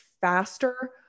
faster